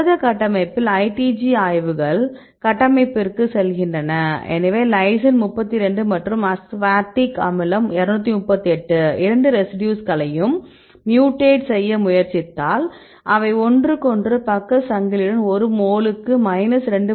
புரத கட்டமைப்பில் ITG ஆய்வுகள் கட்டமைப்பிற்குச் செல்கின்றன எனவே லைசின் 32 மற்றும் அஸ்பார்டிக் அமிலம் 238 இரண்டு ரெசிடியூஸ்களையும் மியூடேட் செய்ய முயற்சித்தால் அவை ஒன்றுக்கொன்று பக்க சங்கிலியுடன் ஒரு மோலுக்கு 2